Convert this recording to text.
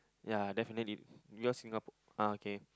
ya definitely because Singapore ah okay